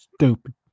stupid